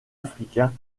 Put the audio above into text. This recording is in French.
africains